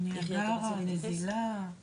מה